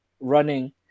running